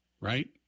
right